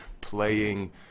playing